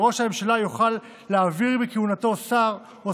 וראש הממשלה יוכל להעביר מכהונתו שר או